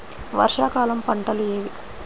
వర్షాకాలం పంటలు ఏవి?